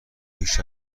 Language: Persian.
پیش